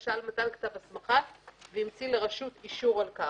הבקשה למתן כתב הסמכה והמציא לרשות אישור על כך,"